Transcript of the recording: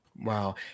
Wow